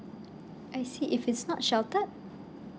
I see if it's not sheltered